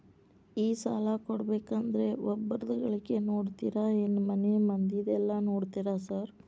ಈ ಸಾಲ ಕೊಡ್ಬೇಕಂದ್ರೆ ಒಬ್ರದ ಗಳಿಕೆ ನೋಡ್ತೇರಾ ಏನ್ ಮನೆ ಮಂದಿದೆಲ್ಲ ನೋಡ್ತೇರಾ ಸಾರ್?